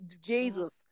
Jesus